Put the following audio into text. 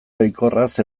baikorraz